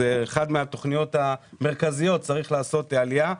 אחת התוכניות המרכזיות היא לעשות עלייה.